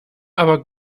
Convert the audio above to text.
aber